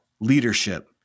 leadership